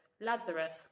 Lazarus